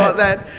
ah that.